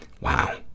wow